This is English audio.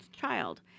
child